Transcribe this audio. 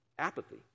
Apathy